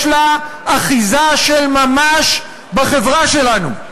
יש לה אחיזה של ממש בחברה שלנו,